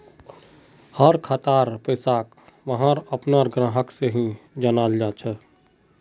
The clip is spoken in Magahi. हर खातार पैसाक वहार अपनार ग्राहक से ही जाना जाल सकछे